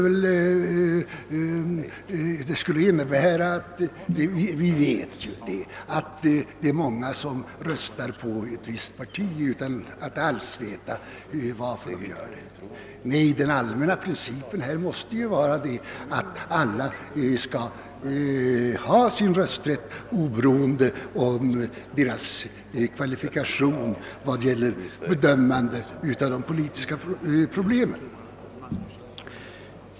Vi vet att många röstar på ett visst parti utan att alls veta varför de gör det. Den allmänna principen måste vara att alla skall ha rösträtt oberoende av sina kvalifikationer vad gäller bedömandet av de politiska problemen.